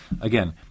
Again